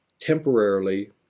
temporarily